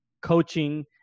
coaching